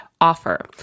offer